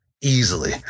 easily